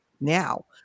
Now